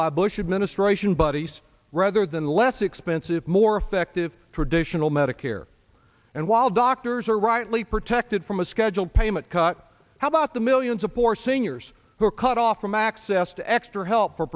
by bush administration buddies rather than less expensive more effective traditional medicare and while doctors are rightly protected from a schedule payment cut how about the millions of poor seniors who are cut off from access to extra help for